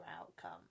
outcome